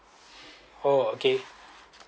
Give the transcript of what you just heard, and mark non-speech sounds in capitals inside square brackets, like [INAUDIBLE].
[BREATH] oh okay